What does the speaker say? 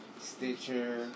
Stitcher